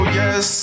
yes